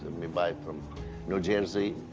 and we buy from new jersey,